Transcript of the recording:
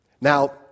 Now